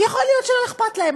כי יכול להיות שלא אכפת להם,